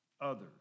others